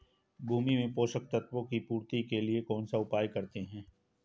भूमि में पोषक तत्वों की पूर्ति के लिए कौनसा उपाय करते हैं?